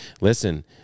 listen